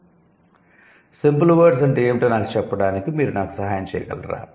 'simple words' అంటే ఏమిటో నాకు చెప్పటానికి మీరు నాకు సహాయం చేయగలరా